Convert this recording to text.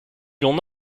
l’on